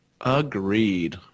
Agreed